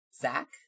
Zach